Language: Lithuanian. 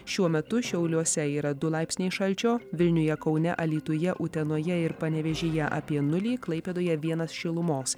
šiuo metu šiauliuose yra du laipsniai šalčio vilniuje kaune alytuje utenoje ir panevėžyje apie nulį klaipėdoje vienas šilumos